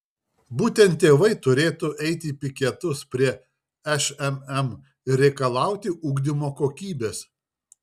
būtent tėvai turėtų eiti į piketus prie šmm ir reikalauti ugdymo kokybės